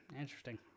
Interesting